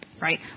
Right